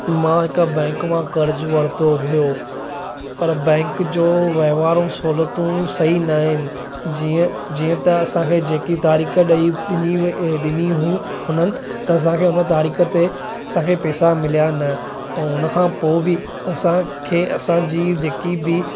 मां हिकु बैंक मां कर्ज़ु वरितो हुओ पर बैंक जो वहिंवार ऐं सहुलतूं सही न आहिनि जीअं जीअं त असांखे जेकी तारीख़ ॾेई ॾिनी ॾिनी हू हुननि त असांखे हुन तारीख़ ते असांखे पैसा मिलिया न ऐं हुन खां पोइ बि असांखे असांजी जेकी बि